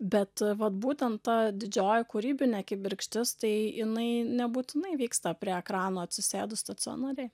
bet va būtent ta didžioji kūrybinė kibirkštis tai jinai nebūtinai vyksta prie ekrano atsisėdus stacionariai